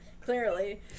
Clearly